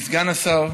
אדוני סגן השר,